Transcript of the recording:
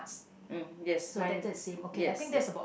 mm yes mine yes yes